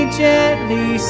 gently